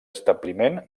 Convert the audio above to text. establiment